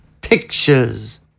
Pictures